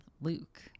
Luke